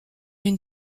une